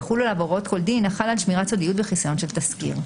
ויחולו עליו הוראות כל דין החל על שמירת סודיות וחיסיון של תסקיר.